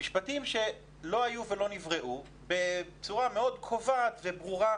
אבל שלא היו ולא נבראו בצורה מאוד קובעת וברורה: